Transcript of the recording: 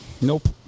Nope